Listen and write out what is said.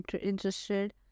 interested